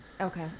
Okay